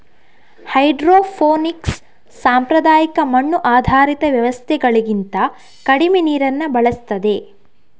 hydroponics ಸಾಂಪ್ರದಾಯಿಕ ಮಣ್ಣು ಆಧಾರಿತ ವ್ಯವಸ್ಥೆಗಳಿಗಿಂತ ಕಡಿಮೆ ನೀರನ್ನ ಬಳಸ್ತದೆ